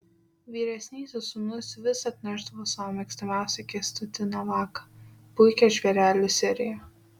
vyresnysis sūnus vis atnešdavo savo mėgstamiausią kęstutį navaką puikią žvėrelių seriją